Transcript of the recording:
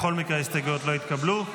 בכל מקרה, ההסתייגויות לא התקבלו.